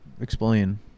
Explain